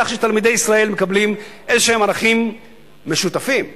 שתלמידי ישראל מקבלים ערכים משותפים מסוימים.